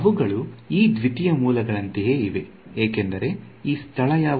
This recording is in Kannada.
ಇವುಗಳು ಆ ದ್ವಿತೀಯ ಮೂಲಗಳಂತೆಯೇ ಇವೆ ಏಕೆಂದರೆ ಈ ಸ್ಥಳ ಯಾವುದು